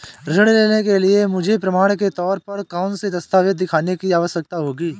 ऋृण लेने के लिए मुझे प्रमाण के तौर पर कौनसे दस्तावेज़ दिखाने की आवश्कता होगी?